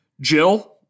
Jill